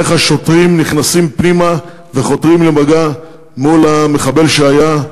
איך השוטרים נכנסים פנימה וחותרים למגע מול המחבל שהיה.